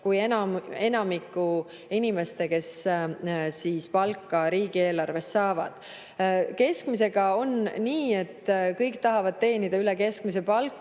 kui enamikul inimestel, kes palka riigieelarvest saavad. Keskmisega on nii, et kõik tahavad teenida üle keskmise palka,